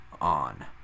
on